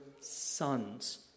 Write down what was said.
sons